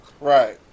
Right